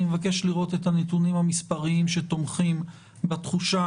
אני מבקש לראות את הנתונים המספריים שתומכים בתחושה,